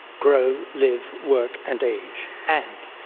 grow, live, work and age. and,